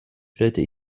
stellte